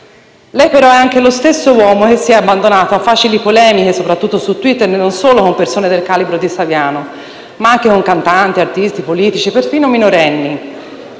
Lei, però, è anche lo stesso uomo che si è abbandonato a facili polemiche, soprattutto su Twitter, e non solo con persone del calibro di Saviano, ma anche con un cantante, con artisti, politici e persino un minorenne.